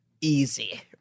easy